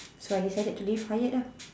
so I decided to leave Hyatt lah